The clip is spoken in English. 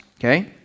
okay